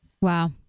Wow